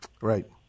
Right